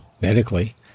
medically